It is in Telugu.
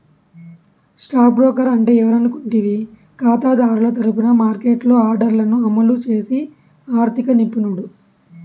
స్టాక్ బ్రోకర్ అంటే ఎవరనుకుంటివి కాతాదారుల తరపున మార్కెట్లో ఆర్డర్లను అమలు చేసి ఆర్థిక నిపుణుడు